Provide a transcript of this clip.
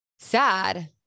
sad